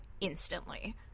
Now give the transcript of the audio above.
instantly